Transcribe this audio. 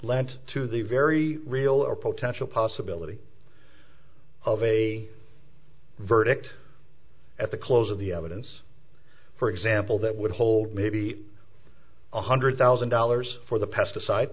lent to the very real or potential possibility of a verdict at the close of the evidence for example that would hold maybe one hundred thousand dollars for the pesticide